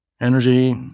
energy